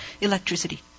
electricity